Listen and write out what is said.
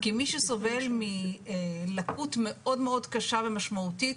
כי מי שסובל מלקות מאוד קשה ומשמעותית,